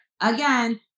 again